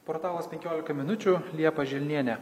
portalas penkiolika minučių liepa želnienė